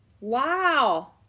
Wow